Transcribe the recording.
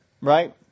Right